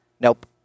Nope